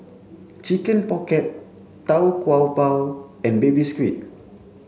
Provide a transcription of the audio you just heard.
chicken pocket Tau Kwa Pau and baby squid